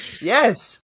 Yes